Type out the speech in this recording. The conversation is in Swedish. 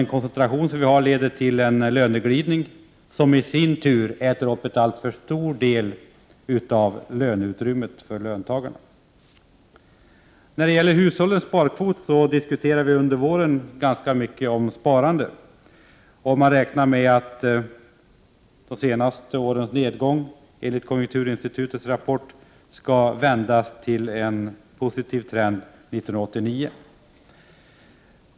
Koncentrationen leder också till en löneglidning, som i sin tur äter upp en alltför stor del av löneutrymmet för löntagarna. Under våren diskuterade vi sparandet ganska mycket. I konjunkturinstitutets rapport räknar man med att de senaste årens nedgång i hushållens sparkvot skall vändas till en positiv trend 1989.